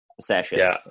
sessions